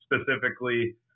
Specifically